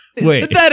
Wait